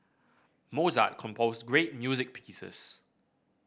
Mozart composed great music pieces